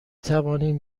توانیم